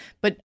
But-